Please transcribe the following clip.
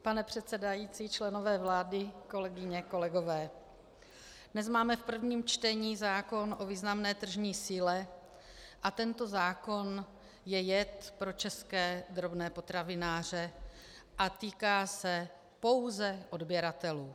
Pane předsedající, členové vlády, kolegyně a kolegové, dnes máme v prvním čtení zákon o významné tržní síle a tento zákon je jed pro české drobné potravináře a týká se pouze odběratelů.